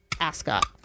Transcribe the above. ascot